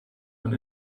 und